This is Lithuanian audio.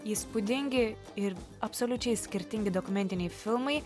įspūdingi ir absoliučiai skirtingi dokumentiniai filmai